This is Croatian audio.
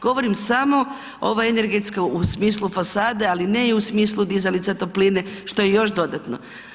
Govorim samo, ovo je energetska u smislu fasade ali ne i u smislu dizalica topline što je još dodatno.